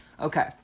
Okay